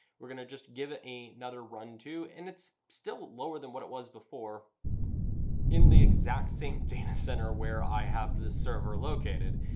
we're gonna just give it another run too and it's still lower than what it was before in the exact same data center where i have this server located.